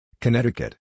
Connecticut